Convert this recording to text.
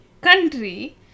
country